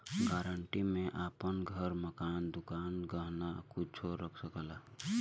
guarantee में आपन घर, मकान, दुकान, गहना कुच्छो रख सकला